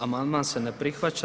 Amandman se ne prihvaća.